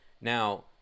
now